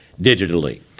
digitally